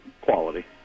Quality